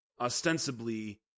ostensibly